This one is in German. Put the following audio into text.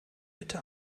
bitte